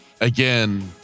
again